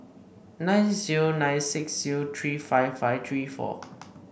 nine zero nine six zero three five five three four